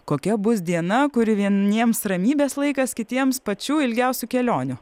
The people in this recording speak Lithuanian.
kokia bus diena kuri vieniems ramybės laikas kitiems pačių ilgiausių kelionių